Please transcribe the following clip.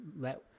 let